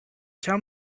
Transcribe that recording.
tell